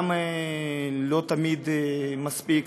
גם לא תמיד מספיק,